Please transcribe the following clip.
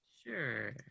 Sure